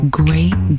great